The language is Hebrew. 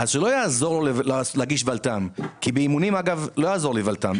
שלא יעזור להגיש ולת"ם כי באימונים לא יעזור ולת"ם.